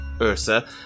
Ursa